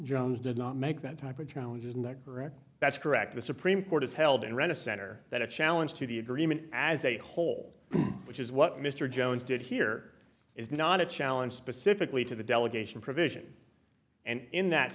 johns did not make that type of challenge isn't that correct that's correct the supreme court is held and read a center that a challenge to the agreement as a whole which is what mr jones did here is not a challenge specifically to the delegation provision and in that